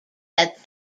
that